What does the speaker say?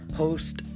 post